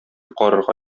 карарга